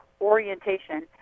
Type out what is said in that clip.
orientation